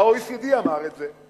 ה-OECD אמר את זה,